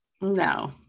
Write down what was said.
no